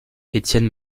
étienne